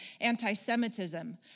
anti-Semitism